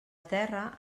terra